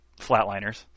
flatliners